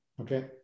okay